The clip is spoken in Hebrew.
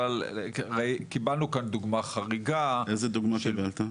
אבל קיבלנו כאן דוגמה חריגה --- איזו דוגמה קיבלת?